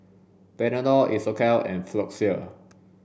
Panadol Isocal and Floxia